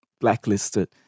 blacklisted